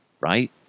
right